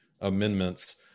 amendments